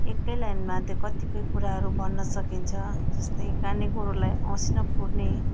एकै लाइनमा कति कुराहरू भन्न सकिन्छ जस्तै काने गोरुलाई औँसी न पूर्णे